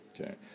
Okay